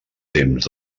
temps